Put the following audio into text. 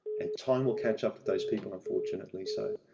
and, time will catch up with those people, unfortunately. so,